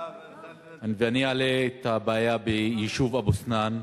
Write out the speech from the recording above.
אני אעלה את הבעיה ביישוב אבו-סנאן,